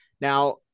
Now